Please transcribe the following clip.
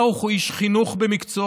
ברוך הוא איש חינוך במקצועו.